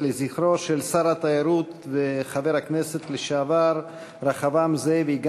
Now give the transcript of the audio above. לזכרו של שר התיירות וחבר הכנסת לשעבר רחבעם זאבי,